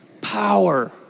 power